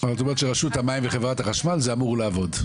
--- את אומרת שרשות המים וחברת החשמל זה אמור לעבוד.